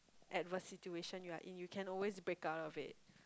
adverse situation you are in you can always break out of it